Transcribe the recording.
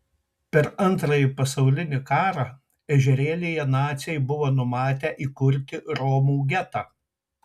per antrąjį pasaulinį karą ežerėlyje naciai buvo numatę įkurti romų getą